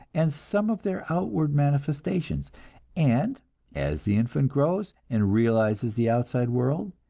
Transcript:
and some of their outward manifestations and as the infant grows, and realizes the outside world,